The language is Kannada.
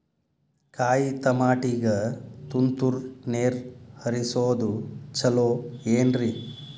ಕಾಯಿತಮಾಟಿಗ ತುಂತುರ್ ನೇರ್ ಹರಿಸೋದು ಛಲೋ ಏನ್ರಿ?